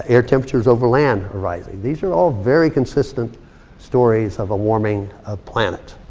air temperatures over land are rising. these are all very consistent stories of a warming of planet.